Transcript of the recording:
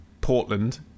Portland